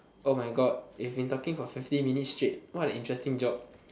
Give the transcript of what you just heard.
oh my god you've been talking for fifty minutes straight what an interesting job